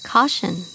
Caution